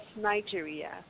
Nigeria